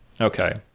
Okay